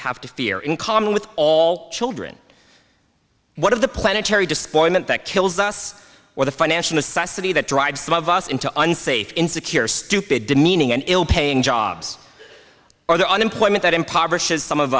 have to fear in common with all children what of the planetary disappointment that kills us or the financial necessity that drives some of us into unsafe insecure stupid demeaning and ill paying jobs or the unemployment that impoverishes some of